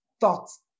thoughts